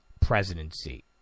presidency